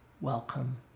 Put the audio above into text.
welcome